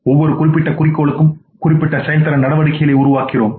ஒவ்வொரு குறிக்கோளுக்கும்குறிப்பிட்ட செயல்திறன் நடவடிக்கைகளை உருவாக்குகிறோம்